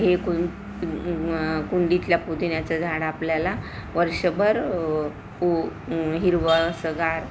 हे कुं कुंडीतल्या पुदिन्याचं झाड आपल्याला वर्षभर पु हिरवं असं गार